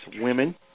women